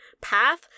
path